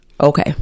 Okay